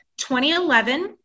2011